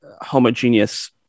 homogeneous